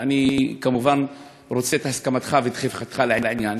ואני כמובן רוצה את הסכמתך ודחיפתך לעניין,